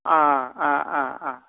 अ अ अ